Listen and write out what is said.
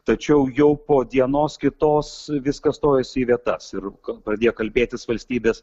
tačiau jau po dienos kitos viskas stojasi į vietas ir pradėjo kalbėtis valstybės